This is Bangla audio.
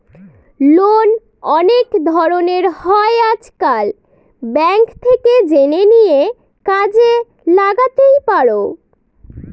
লোন অনেক ধরনের হয় আজকাল, ব্যাঙ্ক থেকে জেনে নিয়ে কাজে লাগাতেই পারো